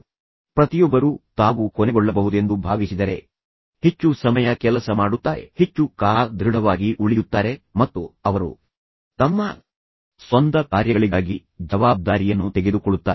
ಆದ್ದರಿಂದ ಪ್ರತಿಯೊಬ್ಬರೂ ತಾವು ಕೊನೆಗೊಳ್ಳಬಹುದೆಂದು ಭಾವಿಸಿದರೆ ಆದರೆ ನಂತರ ಅವರು ಹೆಚ್ಚು ಸಮಯ ಕಾಯುತ್ತಾರೆ ಅವರು ಹೆಚ್ಚು ಸಮಯ ಕೆಲಸ ಮಾಡುತ್ತಾರೆ ಅವರು ಹೆಚ್ಚು ಕಾಲ ದೃಢವಾಗಿ ಉಳಿಯುತ್ತಾರೆ ಮತ್ತು ಅವರು ತಮ್ಮ ಸ್ವಂತ ಕಾರ್ಯಗಳಿಗಾಗಿ ಜವಾಬ್ದಾರಿಯನ್ನು ತೆಗೆದುಕೊಳ್ಳುತ್ತಾರೆ